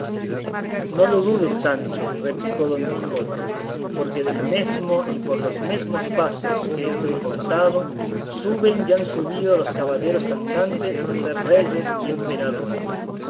no lo dudes sancho replicó don quijote porque del mesmo y por los mesmos pasos que esto he contado suben y han subido los caballeros andantes a ser reyes y emperadores